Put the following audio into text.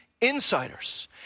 insiders